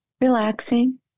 relaxing